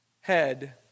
head